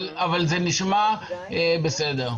אבל זה נשמע בסדר.